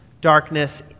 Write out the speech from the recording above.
darkness